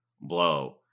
blow